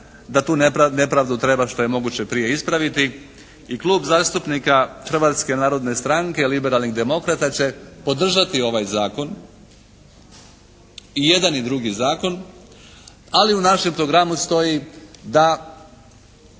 da tu nepravdu treba što je moguće prije ispraviti i Klub zastupnika Hrvatske narodne stranke i Liberalnih demokrata će podržati ovaj zakon i jedan i drugi zakon, ali u našem programu stoji da